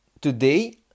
today